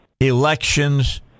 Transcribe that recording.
elections